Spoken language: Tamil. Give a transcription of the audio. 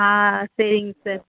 ஆ சரிங் சார்